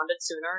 sooner